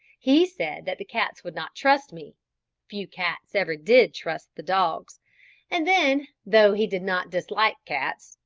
he said that the cats would not trust me few cats ever did trust the dogs and then, though he did not dislike cats,